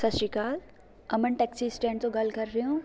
ਸਤਿ ਸ਼੍ਰੀ ਅਕਾਲ ਅਮਨ ਟੈਕਸੀ ਸਟੈਂਡ ਤੋਂ ਗੱਲ ਕਰ ਰਹੇ ਓਂ